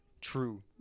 true